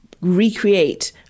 recreate